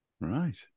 right